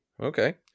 okay